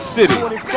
City